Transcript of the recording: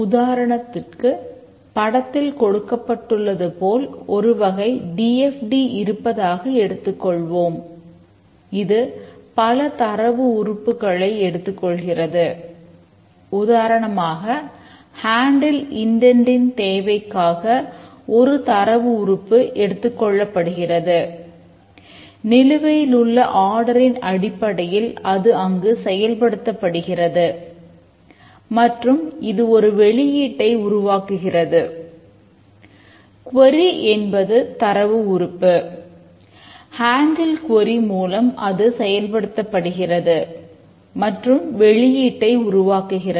உதாரணத்திற்க்கு படத்தில் கொடுக்கப்பட்டுள்ளது போல் ஒரு வகை டி எஃப் டி மூலம் செயல்படுத்தப்பட்டு வெளியீட்டை உருவாக்குகிறது